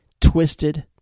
twisted